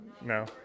no